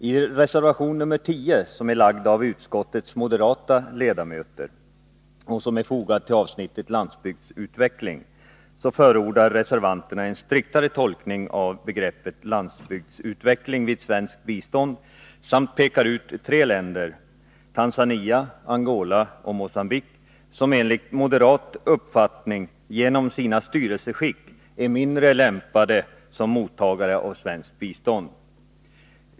I reservation nr 10, som av utskottets moderata ledamöter fogats till avsnittet Landsbygdsutveckling, förordar reservanterna en striktare tolkning av begreppet landsbygdsutveckling vid svenskt bistånd samt pekar ut tre länder — Tanzania, Angola och Mogambique — som enligt moderat uppfattning genom sina styrelseskick är mindre lämpade som mottagare av svenskt bistånd.